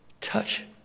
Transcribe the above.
touch